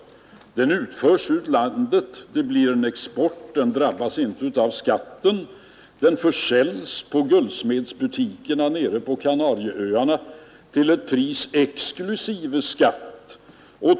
Den utförs ur landet och blir en exportvara, som inte drabbas av skatt. Varan försäljs sedan i guldsmedsbutikerna på Kanarieöarna till sitt pris exklusive skatt.